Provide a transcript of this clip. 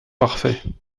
parfait